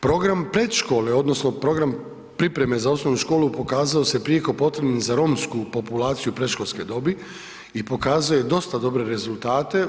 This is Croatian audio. Program predškole odnosno program pripreme za osnovnu školu pokazao se prijeko potrebnim za romsku populaciju predškolske dobi i pokazuje dosta dobre rezultate.